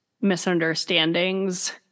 misunderstandings